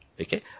Okay